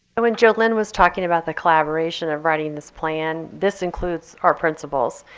and when jolene was talking about the collaboration of writing this plan, this includes our principals.